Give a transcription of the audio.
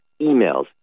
emails